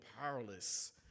powerless